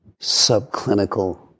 subclinical